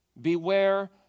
Beware